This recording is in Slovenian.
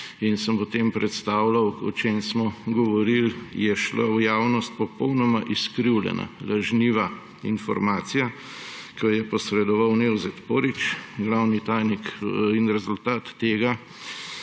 in sem potem predstavljal, o čem smo govoril, je šla v javnost popolnoma izkrivljena, lažniva informacija, ki jo je posredoval Nevzet Porić, glavni tajnik. Rezultat tega